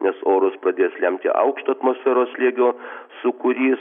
nes orus pradės lemti aukšto atmosferos slėgio sūkurys